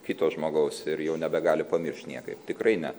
kito žmogaus ir jau nebegali pamiršt niekaip tikrai ne